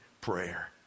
prayer